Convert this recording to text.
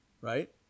right